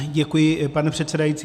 Děkuji, pane předsedající.